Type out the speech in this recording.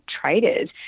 traders